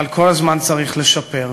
אבל כל הזמן צריך לשפר,